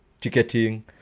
ticketing